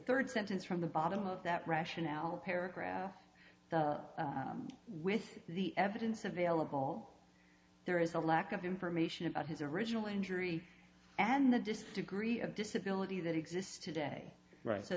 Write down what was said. third sentence from the bottom of that rationale paragraph with the evidence available there is a lack of information about his original injury and the disagree of disability that exists today right so